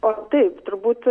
o taip turbūt